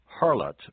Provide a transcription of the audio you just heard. harlot